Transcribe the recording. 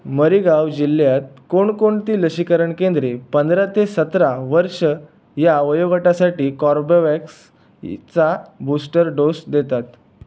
मरीगाव जिल्ह्यात कोणकोणती लसीकरण केंद्रे पंधरा ते सतरा वर्ष या वयोगटासाठी कॉर्बवॅक्सचा बूस्टर डोस देतात